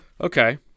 Okay